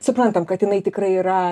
suprantam kad jinai tikrai yra